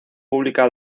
pública